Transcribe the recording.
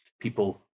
people